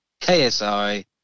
KSI